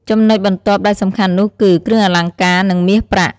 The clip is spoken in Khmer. ចំណុចបន្ទាប់ដែលសំខាន់នោះគឺ គ្រឿងអលង្ការ និងមាស ប្រាក់។